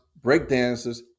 breakdancers